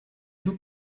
two